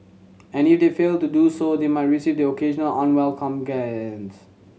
and if they fail to do so they might receive the occasional unwelcome glance